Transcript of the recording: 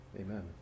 Amen